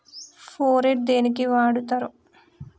Phorate దేనికి వాడుతరు?